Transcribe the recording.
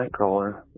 nightcrawler